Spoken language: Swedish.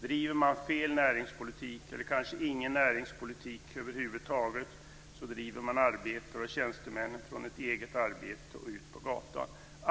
Driver man fel näringspolitik eller kanske ingen näringspolitik över huvud taget driver man arbetare och tjänstemän från ett eget arbete och ut på gatan.